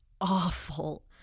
awful